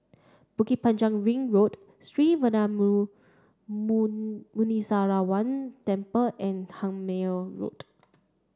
Bukit Panjang Ring Road Sree Veeramuthu Muneeswaran Temple and Tangmere Road